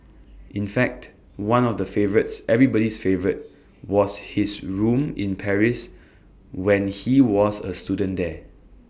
in fact one of the favourites everybody's favourite was his room in Paris when he was A student there